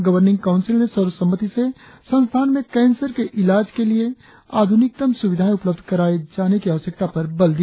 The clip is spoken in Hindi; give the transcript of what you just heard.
गवर्निंग काउंसिल ने सर्वसम्मति से संस्थान में कैंसर के इलाक के लिए आधुनिकतम सुविधाएं उपलब्ध कराए जाने की आवश्यकता पर बल दिया